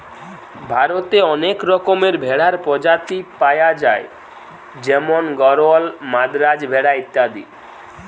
ভারতে অনেক রকমের ভেড়ার প্রজাতি পায়া যায় যেমন গরল, মাদ্রাজ ভেড়া ইত্যাদি